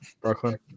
Brooklyn